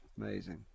Amazing